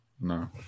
No